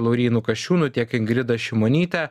laurynu kasčiūnu tiek ingrida šimonyte